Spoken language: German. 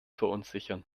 verunsichern